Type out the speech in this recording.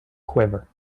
quiver